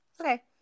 Okay